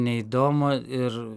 neįdomu ir